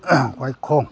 ꯋꯥꯏꯈꯣꯡ